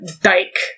Dike